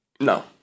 No